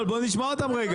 בוא נשמע את המוזמנים.